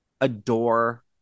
adore